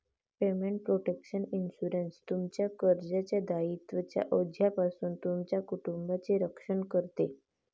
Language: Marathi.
पेमेंट प्रोटेक्शन इन्शुरन्स, तुमच्या कर्जाच्या दायित्वांच्या ओझ्यापासून तुमच्या कुटुंबाचे रक्षण करते